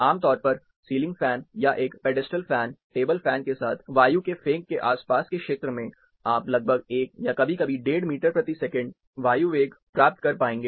आमतौर पर ceiling fan या एक पेडस्टल फैन टेबल फैन के साथ वायु के फेंक के आसपास के क्षेत्र में आप लगभग 1 या कभी कभी 15 मीटर प्रति सेकंड वायु वेग प्राप्त कर पाएंगे